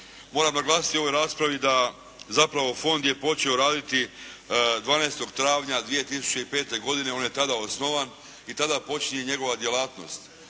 Moram naglasiti u ovoj raspravi da zapravo fond je počeo raditi 12. travnja 2005. godine, on je tada osnovan i tada počinje njegova djelatnost.